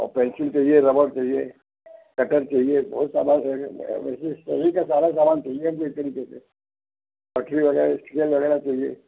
और पेंसिल चाहिए रबड़ चाहिए कटर चाहिए बहुत सारा वैसे इस्टेसनरी का सारा सामान चाहिए एक तरीक़े से पटरी वग़ैरह इस्केल वग़ैरह चाहिए